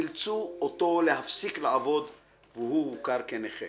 אילצה אותו להפסיק לעבוד והוא הוכר כנכה.